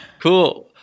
Cool